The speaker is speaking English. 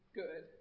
good